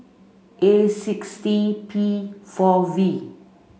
A six T P four V